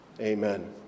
Amen